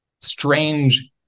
strange